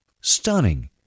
Stunning